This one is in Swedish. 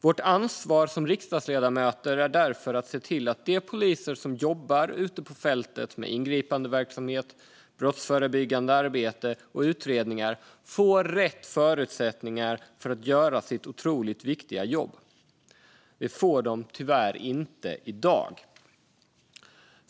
Vårt ansvar som riksdagsledamöter är därför att se till att de poliser som jobbar ute på fältet med ingripandeverksamhet, brottsförebyggande arbete och utredningar får rätt förutsättningar för att göra sitt otroligt viktiga jobb. Det får de tyvärr inte i dag.